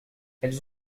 elles